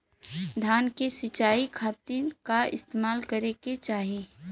धान के सिंचाई खाती का इस्तेमाल करे के चाही?